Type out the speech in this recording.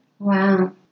Wow